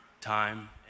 time